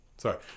Sorry